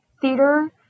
theater